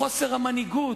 מחוסר המנהיגות,